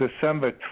December